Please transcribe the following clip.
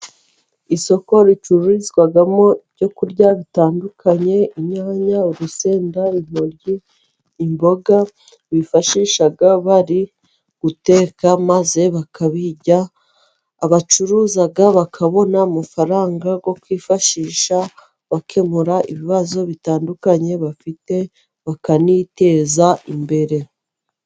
Isoko ricururizwamo ibyo kurya bitandukanye inyanya, urusenda, intoryi, imboga bifashisha bari guteka, maze bakabirya abacuruza bakabona amafaranga yo kwifashisha, bakemura ibibazo bitandukanye bafite bakaniteza imbere.